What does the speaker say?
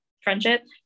friendship